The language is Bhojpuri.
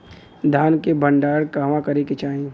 धान के भण्डारण कहवा करे के चाही?